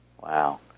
Wow